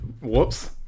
whoops